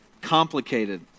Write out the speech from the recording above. Complicated